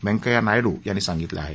व्यंकय्या नायडू यांनी सांगितलं आहे